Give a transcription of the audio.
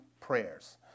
prayers